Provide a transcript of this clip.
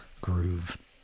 groove